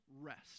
rest